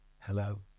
hello